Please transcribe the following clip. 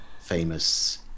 famous